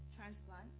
transplant